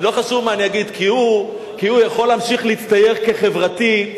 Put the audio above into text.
כי הוא יכול להמשיך להצטייר כחברתי,